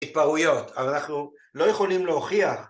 התפרעויות, אבל אנחנו לא יכולים להוכיח